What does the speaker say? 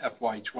FY20